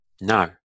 No